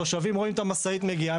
התושבים רואים את המשאית מגיעה,